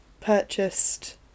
purchased